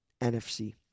NFC